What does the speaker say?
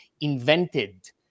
invented